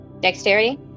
Dexterity